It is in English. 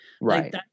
right